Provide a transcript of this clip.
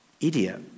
idiot